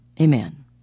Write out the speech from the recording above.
Amen